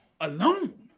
alone